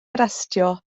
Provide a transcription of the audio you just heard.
arestio